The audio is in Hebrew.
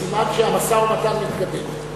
סימן שהמשא-ומתן מתקדם.